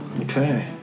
Okay